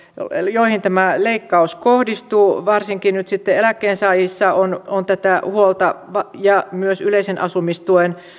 joihin tämä leikkaus kohdistuu varsinkin nyt sitten eläkkeensaajissa on on tätä huolta ja myös yleisen asumistuen